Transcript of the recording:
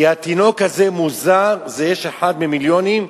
כי התינוק הזה מוזר, יש אחד ממיליונים,